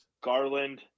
Garland